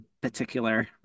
particular